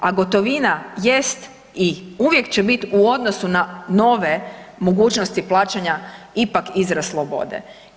A gotovina jest i uvijek će biti u odnosu na nove mogućosti plaćanja ipak izraz slobode.